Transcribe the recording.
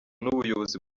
n’ubuyobozi